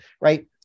Right